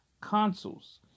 consoles